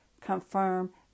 confirm